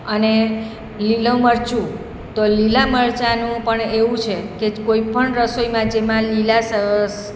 અને લીલું મરચું તો લીલા મરચાંનું પણ એવું છે કે કોઈ પણ રસોઈમાં જેમાં લીલા